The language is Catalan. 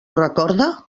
recorda